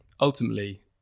ultimately